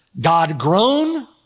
God-grown